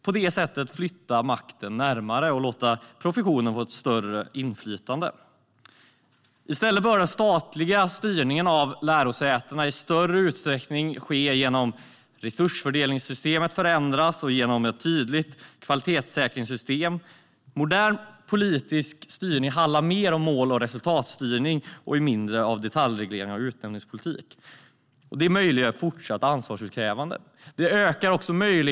På det sättet flyttar man makten närmare och låter professionen få ett större inflytande. Den statliga styrningen av lärosätena bör i större utsträckning ske genom att resursfördelningssystemet förändras och genom ett tydligt kvalitetssäkringssystem. Modern politisk styrning handlar mer om mål och resultatstyrning och mindre om detaljregleringar av utnämningspolitik. Det möjliggör ett fortsatt ansvarsutkrävande.